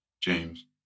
James